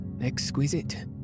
Exquisite